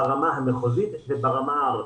ברמה המחוזית וברמה הארצית.